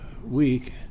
week